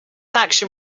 action